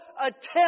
attempt